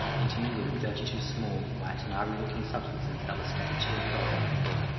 intermingled with thirty-two small, white and ivory-looking substances that were scattered to and fro about the floor.